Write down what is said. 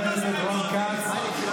חבר הכנסת רון כץ.